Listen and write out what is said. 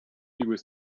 with